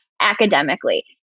academically